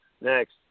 next